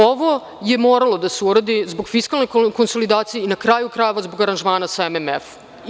Ovo je moralo da se uradi zbog fiskalne konsolidacije i, na kraju krajeva, zbog aranžmana sa MMF-om.